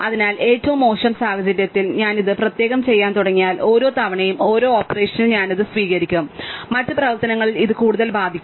അതിനാൽ ഏറ്റവും മോശം സാഹചര്യത്തിൽ ഞാൻ ഇത് പ്രത്യേകം ചെയ്യാൻ തുടങ്ങിയാൽ ഓരോ തവണയും ഒരു ഓപ്പറേഷനിൽ ഞാൻ അത് സ്വീകരിക്കും മറ്റ് പ്രവർത്തനങ്ങളിൽ ഇത് കൂടുതൽ ബാധിക്കും